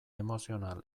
emozional